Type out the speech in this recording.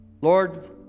Lord